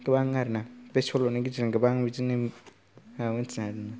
गोबां आरो ना बे सल'नि बिदिनो गोबां आरो आं मिथिनायाव